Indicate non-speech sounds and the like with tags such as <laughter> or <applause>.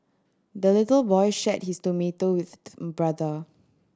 the little boy shared his tomato with <unintelligible> brother